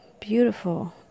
beautiful